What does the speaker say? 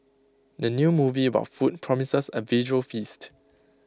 the new movie about food promises A visual feast